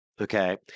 Okay